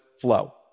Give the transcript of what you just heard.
flow